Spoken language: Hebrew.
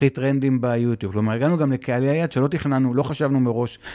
טרנדים ביוטיוב. כלומר הגענו גם לקהלי היעד שלא תכננו, לא חשבנו מראש